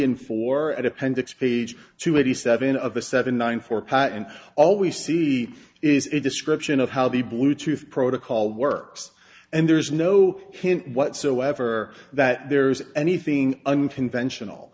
and four at appendix page two eighty seven of the seven nine four part and always see is a description of how the bluetooth protocol works and there's no hint whatsoever that there's anything unconventional